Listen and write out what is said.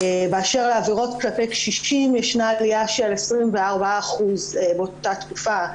באשר לעבירות כלפי קשישים ישנה עלייה של 24% באותה תקופה,